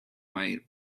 white